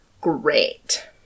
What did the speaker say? Great